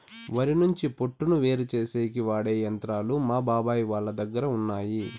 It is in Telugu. వరి నుంచి పొట్టును వేరుచేసేకి వాడె యంత్రాలు మా బాబాయ్ వాళ్ళ దగ్గర ఉన్నయ్యి